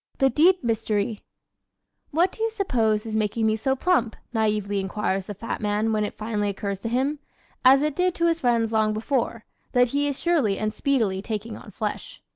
the deep mystery what do you suppose is making me so plump? naively inquires the fat man when it finally occurs to him as it did to his friends long before that he is surely and speedily taking on flesh.